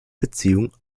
beziehung